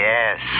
Yes